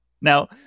Now